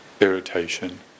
irritation